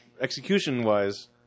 Execution-wise